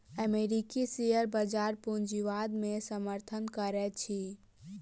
अमेरिकी शेयर बजार पूंजीवाद के समर्थन करैत अछि